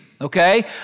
Okay